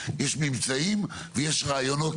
יש מבצעים ויש רעיונות